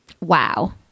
Wow